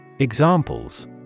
Examples